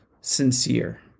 sincere